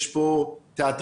יש פה תיאטראות